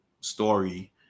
story